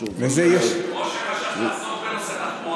בנושא תחבורה.